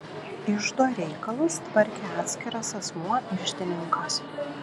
iždo reikalus tvarkė atskiras asmuo iždininkas